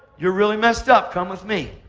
you're really messed up. come with me.